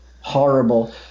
horrible